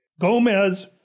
Gomez